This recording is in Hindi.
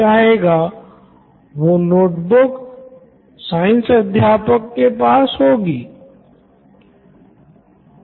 Siddharth Maturi CEO Knoin electronics यानि उपस्थिती मे कमी भी एक कारण है